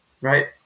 right